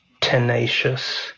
tenacious